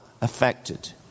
affected